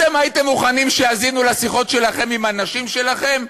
אתם הייתם מוכנים שיאזינו לשיחות שלכם עם הנשים שלכם?